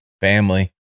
family